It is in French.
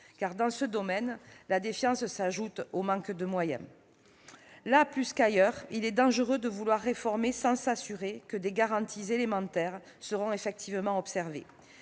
Car, dans ce domaine, la défiance s'ajoute aux manques de moyens. Là plus qu'ailleurs, il est dangereux de vouloir réformer sans s'assurer que des garanties élémentaires seront effectivement observées.